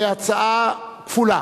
כהצעה כפולה: